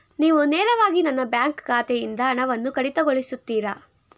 ನೀವು ನೇರವಾಗಿ ನನ್ನ ಬ್ಯಾಂಕ್ ಖಾತೆಯಿಂದ ಹಣವನ್ನು ಕಡಿತಗೊಳಿಸುತ್ತೀರಾ?